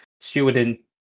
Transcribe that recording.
stewarding